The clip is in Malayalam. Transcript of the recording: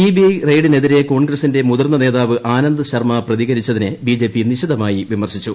സിബിഐ റെയ്ഡിനെതിര്ര കോൺഗ്രസിന്റെ മുതിർന്ന നേതാവ് ആനന്ദ്ശർമ്മ പ്രതികരിച്ചതിനെ ബിജെപി നിശിതമായി വിമർശിച്ചു